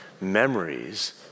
memories